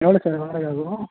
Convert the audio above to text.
எவ்வளோ சார் வாடகை ஆகும்